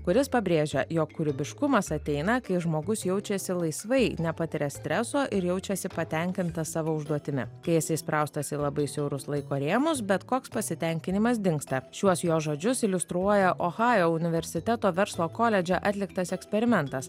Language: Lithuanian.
kuris pabrėžia jog kūrybiškumas ateina kai žmogus jaučiasi laisvai nepatiria streso ir jaučiasi patenkintas savo užduotimi kai esi įspraustas į labai siaurus laiko rėmus bet koks pasitenkinimas dingsta šiuos jo žodžius iliustruoja ohajo universiteto verslo koledže atliktas eksperimentas